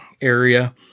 area